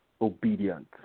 obedient